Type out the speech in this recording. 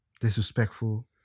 disrespectful